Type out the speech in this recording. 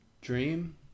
dream